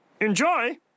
Enjoy